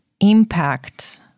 impact